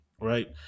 right